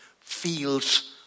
feels